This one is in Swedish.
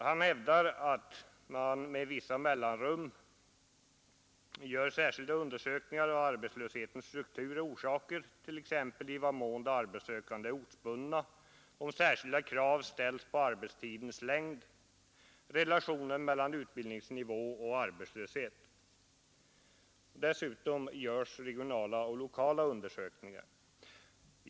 Han säger att man med vissa mellanrum gör särskilda undersökningar av arbetslöshetens struktur och orsaker, t.ex. i vad mån de arbetssökande är ortsbundna, om särskilda krav ställs på arbetstidens längd, relationen mellan utbildningsnivå och arbetslöshet. Dessutom görs regionala och lokala undersökningar.